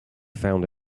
found